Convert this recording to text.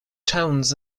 towns